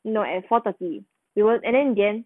you know at four thirty you weren't and then in the end